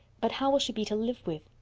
but how will she be to live with?